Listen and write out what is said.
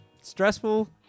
stressful